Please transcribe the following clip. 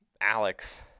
Alex